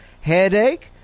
headache